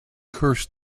cursed